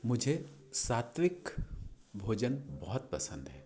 मझे सात्विक भोजन बहुत पसंद है